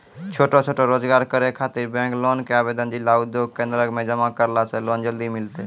छोटो छोटो रोजगार करै ख़ातिर बैंक लोन के आवेदन जिला उद्योग केन्द्रऽक मे जमा करला से लोन जल्दी मिलतै?